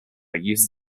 uses